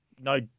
no